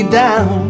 down